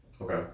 Okay